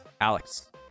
Alex